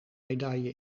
medaille